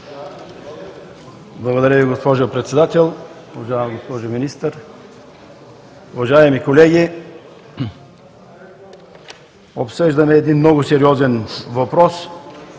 Благодаря Ви, госпожо Председател. Уважаема госпожо Министър, уважаеми колеги! Обсъждаме един много сериозен въпрос